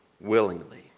willingly